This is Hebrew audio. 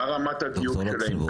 מה רמת הדיוק שלהם,